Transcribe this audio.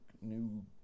new